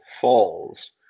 falls